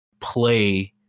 play